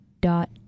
dot